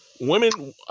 women